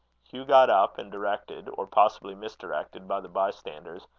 hugh got up, and, directed, or possibly misdirected by the bystanders,